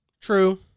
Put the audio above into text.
True